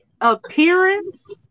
appearance